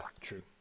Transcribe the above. true